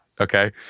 okay